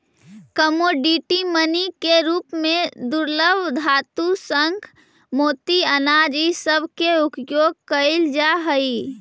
commodity money के रूप में दुर्लभ धातु शंख मोती अनाज इ सब के उपयोग कईल जा हई